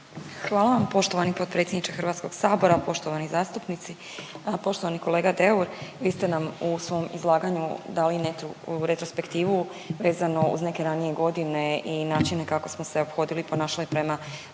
Hvala vam poštovani potpredsjedniče HS. Poštovani zastupnici. Poštovani kolega Deur, vi ste nam u svom izlaganju dali neku retrospektivu vezano uz neke ranije godine i načine kako smo se ophodili i ponašali prema Oružanim snagama